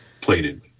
plated